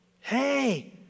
Hey